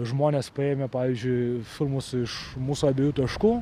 žmonės paėmę pavyzdžiui filmus iš mūsų abiejų taškų